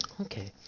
Okay